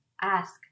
ask